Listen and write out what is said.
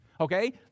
okay